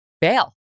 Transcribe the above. bail